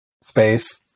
space